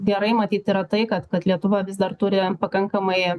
gerai matyt yra tai kad kad lietuva vis dar turi pakankamai